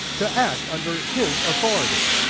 to act under his authority.